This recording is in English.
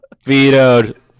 Vetoed